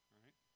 right